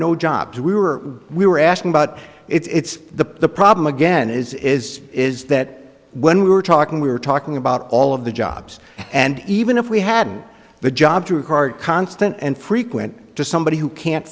no jobs we were we were asking but it's the the problem again is is is that when we were talking we were talking about all of the jobs and even if we had the job too hard constant and frequent to somebody who can't